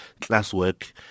classwork